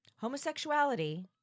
homosexuality